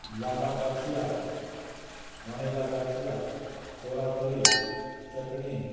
लांबा गाठिया वणेला गाठिया चोणाफणी चटिणी